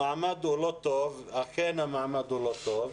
המעמד הוא לא טוב, אכן המעמד הוא לא טוב.